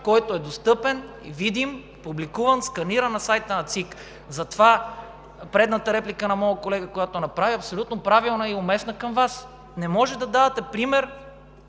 който е достъпен, видим, публикуван, сканиран на сайта на ЦИК. Затова предната реплика на моя колега, която направи, е абсолютно правилна и уместна към Вас. Не може да давате пример,